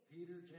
Peter